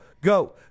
go